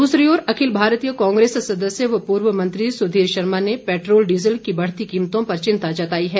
दूसरी ओर अखिल भारतीय कांग्रेस सदस्य व पूर्व मंत्री सुधीर शर्मा ने पैट्रोल डीज़ल की बढ़ती कीमतों पर चिंता जताई है